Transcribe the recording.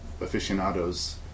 aficionados